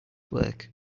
work